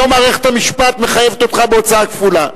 היום מערכת המשפט מחייבת אותך בהוצאה כפולה: